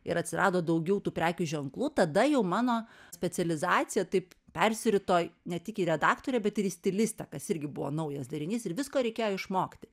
ir atsirado daugiau tų prekių ženklų tada jau mano specializacija taip persirito ne tik į redaktorė bet ir į stilistę kas irgi buvo naujas darinys ir visko reikėjo išmokti